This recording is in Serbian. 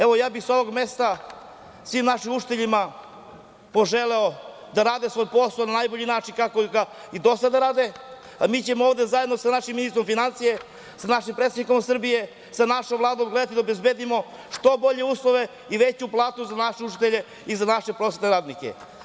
Evo, ja bih sa ovog mesta svim našim učiteljima poželeo da rade svoj posao na najbolji način, kao što ga i do sada rade, a mi ćemo ovde zajedno sa našim ministrom finansija, sa našim predsednikom Srbije, sa našom Vladom, gledati da obezbedimo što bolje uslove i veću platu za naše učitelje i za naše prosvetne radnike.